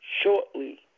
shortly